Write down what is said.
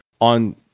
on